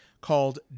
called